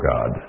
God